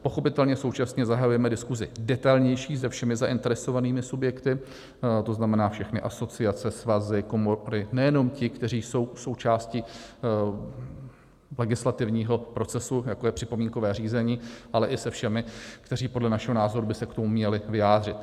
Pochopitelně současně zahajujeme diskusi detailnější se všemi zainteresovanými subjekty, to znamená všechny asociace, svazy, komory, nejenom ti, kteří jsou součástí legislativního procesu, jako je připomínkové řízení, ale i se všemi, kteří podle našeho názoru by se k tomu měli vyjádřit.